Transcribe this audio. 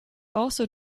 also